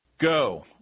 Go